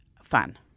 fun